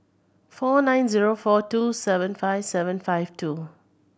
four nine zero four two seven five seven five two